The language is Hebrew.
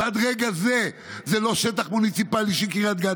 ועד רגע זה זה לא שטח מוניציפלי של קריית גת,